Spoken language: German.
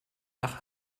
nach